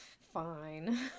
Fine